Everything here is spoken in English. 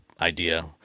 idea